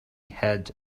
had